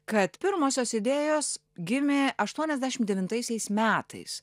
kad pirmosios idėjos gimė aštuoniasdešim devintaisiais metais